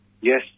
yes